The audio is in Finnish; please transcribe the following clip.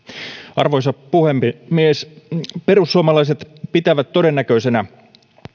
arvoisa puhemies perussuomalaiset pitävät todennäköisenä